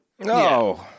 No